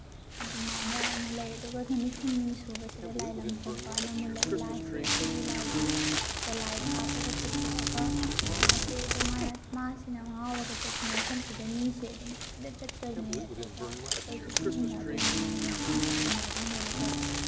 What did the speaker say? ꯑꯗꯨꯃꯥꯏꯅ ꯑꯃꯨꯛ ꯂꯩ ꯑꯗꯨꯒ ꯅꯨꯃꯤꯠ ꯍꯨꯝꯅꯤ ꯁꯨꯕꯁꯤꯗ ꯂꯥꯏ ꯂꯝ ꯊꯣꯛꯄꯑꯅ ꯑꯃ ꯂꯩ ꯂꯥꯏꯁꯦ ꯑꯩꯈꯣꯏꯒꯤ ꯂꯥꯏꯁꯦ ꯗꯣꯂꯥꯏꯗ ꯍꯥꯞꯄꯒ ꯄꯨꯕ ꯊꯣꯛꯑꯒ ꯃꯥꯁꯦ ꯑꯗꯨꯝ ꯃꯥꯅ ꯃꯥꯁꯤꯅ ꯉꯥꯎꯔꯒ ꯆꯠꯄ ꯃꯐꯝꯁꯤꯗ ꯃꯤꯁꯦ ꯑꯗꯨꯝ ꯀꯣꯏꯆꯠ ꯆꯠꯇꯣꯏꯅꯦ ꯑꯗꯨꯒ ꯑꯩꯈꯣꯏꯁꯨ ꯑꯗꯨꯝ ꯏꯟꯅꯗꯣꯏꯅꯦ ꯃꯥꯒꯤ ꯃꯇꯨꯡꯁꯤꯗ ꯏꯟꯅꯗꯣꯏꯅꯦꯕꯀꯣ